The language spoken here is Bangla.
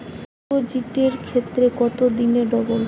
ডিপোজিটের ক্ষেত্রে কত দিনে ডবল?